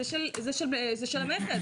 זה של המכס,